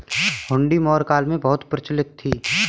हुंडी मौर्य काल में बहुत प्रचलित थी